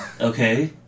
Okay